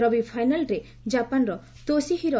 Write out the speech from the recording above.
ରବି ଫାଇନାଲରେ ଜାପାନର ତୋଷିହିରେ